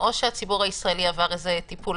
או בהתאם להוראות תקנת משנה (ג),